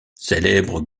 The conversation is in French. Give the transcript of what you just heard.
célèbre